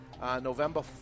November